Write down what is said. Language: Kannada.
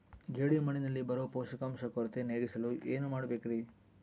ಜೇಡಿಮಣ್ಣಿನಲ್ಲಿ ಬರೋ ಪೋಷಕಾಂಶ ಕೊರತೆ ನೇಗಿಸಲು ಏನು ಮಾಡಬೇಕರಿ?